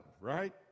right